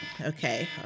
okay